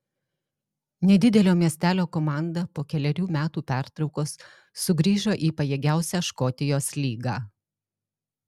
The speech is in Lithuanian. nedidelio miestelio komanda po kelerių metų pertraukos sugrįžo į pajėgiausią škotijos lygą